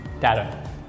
data